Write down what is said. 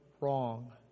wrong